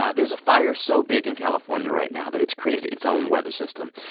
ah there's a fire so big in california right now that it's created its own weather system.